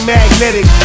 Magnetic